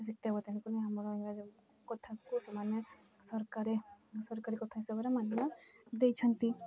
ତେଣୁ କରି ଆମର ଇଂରାଜୀ କଥାକୁ ସେମାନେ ସରକାରୀ ସରକାରୀ କଥା ହିସାବରେ ମାନ୍ୟତା ଦେଇଛନ୍ତି